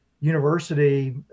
university